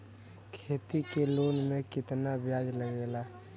खेती के लोन में कितना ब्याज लगेला?